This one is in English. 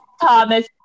Thomas